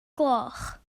gloch